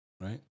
right